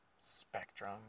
Spectrum